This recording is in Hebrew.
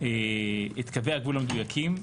את קווי הגבול המדויקים,